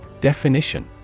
Definition